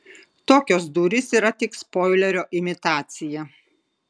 tokios durys yra tik spoilerio imitacija